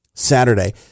saturday